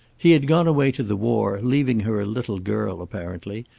he had gone away to the war, leaving her a little girl, apparently,